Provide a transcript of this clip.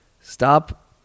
stop